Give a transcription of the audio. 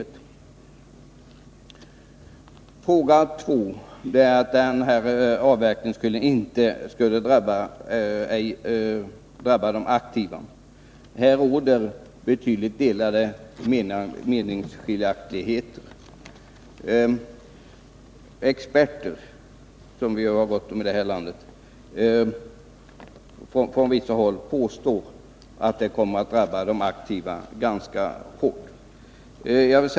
Jag kommer så till den andra frågan — att denna avverkning inte skulle drabba de aktiva. Här råder betydande meningsskiljaktigheter. Vissa experter — något som vi har gott om i det här landet — påstår att det kommer att drabba de aktiva ganska hårt.